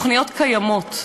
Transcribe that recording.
התוכניות קיימות,